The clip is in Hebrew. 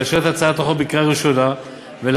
לאשר את הצעת החוק בקריאה ראשונה ולהעבירה